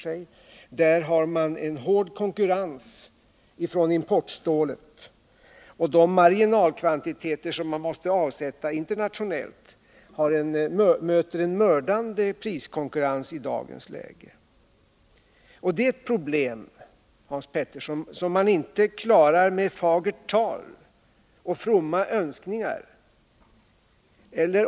Men där möter man hård konkurrens från importstålet, och de marginalkvantiteter som man måste avsätta internationellt utsätts i dagens läge för en mördande priskonkurrens. Det är ett problem, Hans Petersson, som man inte klarar med fagert tal och fromma önskningar.